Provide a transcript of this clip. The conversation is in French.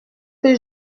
que